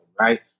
right